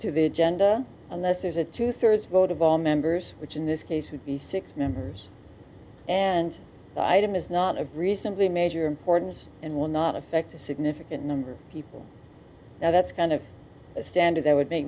to the agenda unless there's a two thirds vote of all members which in this case would be six numbers and the item is not a reasonably major importance and will not affect a significant number of people that's kind of a standard that would make